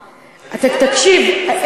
תקשיב,